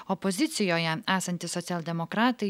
opozicijoje esantys socialdemokratai